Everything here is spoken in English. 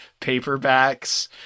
paperbacks